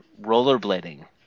rollerblading